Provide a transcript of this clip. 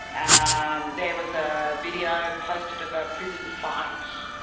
um there was a video posted of a prison fight.